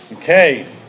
Okay